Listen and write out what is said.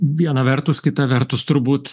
viena vertus kita vertus turbūt